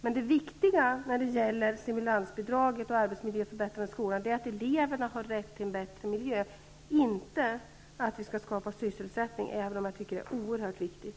Men det viktiga när det gäller stimulansbidraget och arbetsmiljöförbättringar i skolan är att eleverna har rätt till en bättre miljö, inte att vi skall skapa sysselsättning, även om jag tycker att det är oerhört viktigt.